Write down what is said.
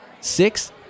six